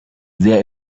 sehr